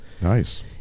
Nice